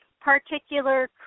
particular